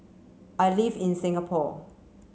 I live in Singapore